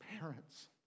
parents